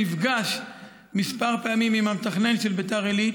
נפגש כמה פעמים עם המתכנן של ביתר עילית,